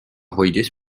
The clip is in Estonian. hoidis